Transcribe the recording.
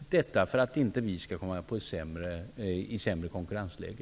Detta för att vi inte skall komma i sämre konkurrensläge.